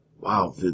wow